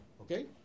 okay